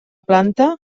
planta